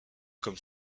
comme